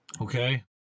Okay